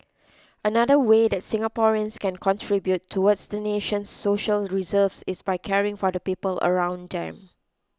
another way that Singaporeans can contribute towards the nation's social reserves is by caring for the people around them